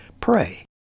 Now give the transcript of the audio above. Pray